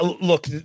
look